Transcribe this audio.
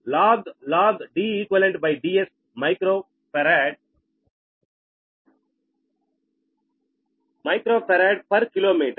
0242log DeqDs microfarad per kilometre